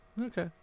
Okay